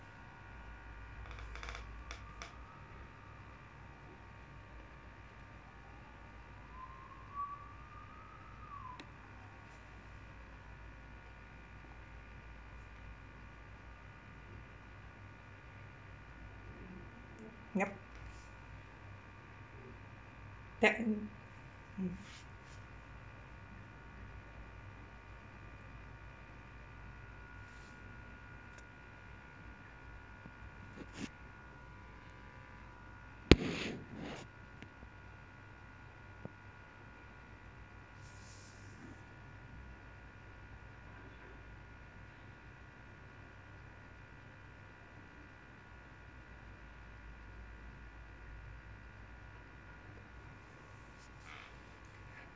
yup that